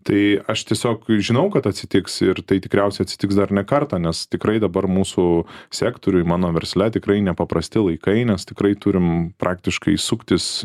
tai aš tiesiog žinau kad atsitiks ir tai tikriausiai atsitiks dar ne kartą nes tikrai dabar mūsų sektoriuj mano versle tikrai nepaprasti laikai nes tikrai turim praktiškai suktis